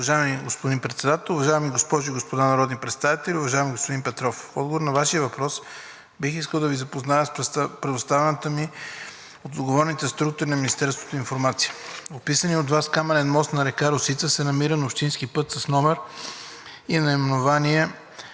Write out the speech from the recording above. Уважаеми господин Председател, уважаеми госпожи и господа народни представители! Уважаеми господин Петров, в отговор на Вашия въпрос бих искал да Ви запозная с предоставената ми от отговорните структури на Министерството информация. Описаният от Вас каменен мост над река Росица се намира на общински път с номер и наименование